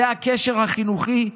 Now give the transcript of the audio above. זה הקשר החינוכי?